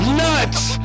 nuts